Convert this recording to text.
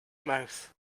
mouth